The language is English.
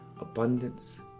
abundance